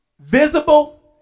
visible